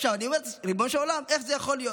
אני אומר, ריבונו של עולם, איך זה יכול להיות?